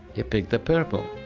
he picked the purple.